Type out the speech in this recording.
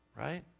right